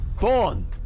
Born